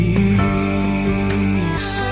Peace